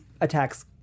attacks